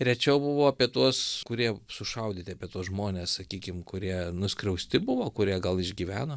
rečiau buvo apie tuos kurie sušaudyti apie tuos žmones sakykim kurie nuskriausti buvo kurie gal išgyveno